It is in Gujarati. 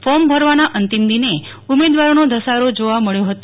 ફોર્મ ભરવાના અંતિમ દિને ઉમેદવારોનો ધસારો જોવા મબ્યો હતો